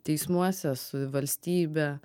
teismuose su valstybe